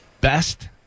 best